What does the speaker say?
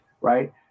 Right